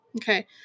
Okay